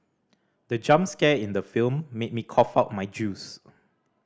the jump scare in the film made me cough out my juice